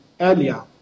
earlier